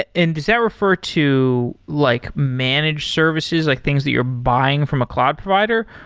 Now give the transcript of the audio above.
and does that refer to like managed services, like things that you're buying from a cloud provider,